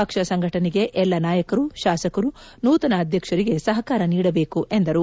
ಪಕ್ಷ ಸಂಘಟನೆಗೆ ಎಲ್ಲ ನಾಯಕರು ಶಾಸಕರು ನೂತನ ಅಧ್ಯಕ್ಷರಿಗೆ ಸಹಕಾರ ನೀಡಬೇಕು ಎಂದರು